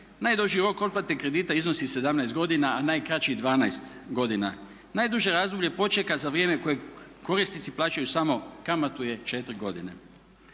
Najduži rok otplate kredita iznosi 17 godina, a najkraći 12 godina. Najduže razdoblje počeka za vrijeme kojeg korisnici plaćaju samo kamatu je 4 godine.